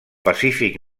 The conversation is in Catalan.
pacífic